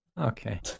Okay